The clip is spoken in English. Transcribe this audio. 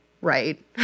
right